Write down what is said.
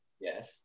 Yes